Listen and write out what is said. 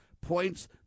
points